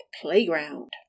Playground